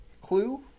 clue